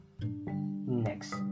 Next